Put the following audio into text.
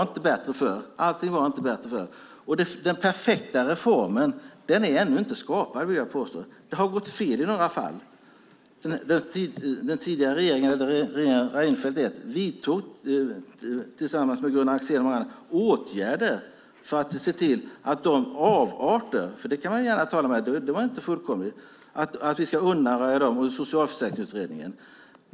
Nej, allt var inte bättre förr. Den perfekta reformen är ännu inte skapad. Det har gått fel i några fall. Den tidigare regeringen, Reinfeldt 1, vidtog tillsammans med Gunnar Axén och andra åtgärder för att se till att undanröja avarter - det kan vi gärna tala om, det här var inte fullkomligt - med hjälp av den nya socialförsäkringsutredningen.